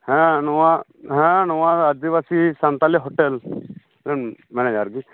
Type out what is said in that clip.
ᱦᱮᱸ ᱱᱚᱣᱟ ᱦᱮᱸ ᱱᱚᱣᱟ ᱟᱫᱤᱵᱟᱥᱤ ᱥᱟᱱᱛᱟᱲᱤ ᱦᱳᱴᱮᱞ ᱢᱮᱱᱮᱡᱟᱨ ᱜᱮ